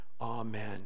Amen